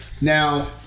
Now